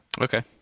Okay